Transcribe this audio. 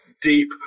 deep